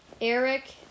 Eric